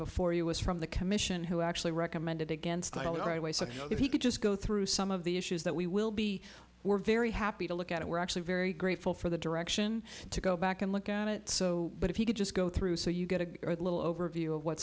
before us from the commission who actually recommended against the right way so if you could just go through some of the issues that we will be we're very happy to look at it we're actually very grateful for the direction to go back and look at it so but if you could just go through so you get a little overview of what